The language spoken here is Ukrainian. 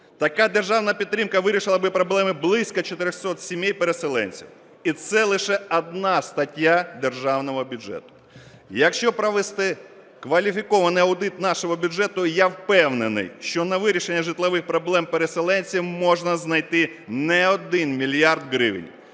Така державна підтримка вирішила би проблеми близько 400 сімей переселенців і це лише одна стаття державного бюджету. Якщо провести кваліфікований аудит нашого бюджету, я впевнений, що на вирішення житлових проблем переселенців можна знайти не один мільярд гривень,